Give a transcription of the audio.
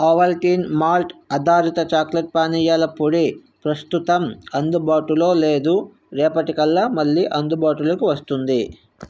Ovaltine malt ఆధారిత chocolate పానీయాల పొడి ప్రస్తుతం అందుబాటులో లేదు రేపటి కల్లా మళ్ళీ అందుబాటులోకి వస్తుంది